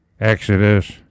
Exodus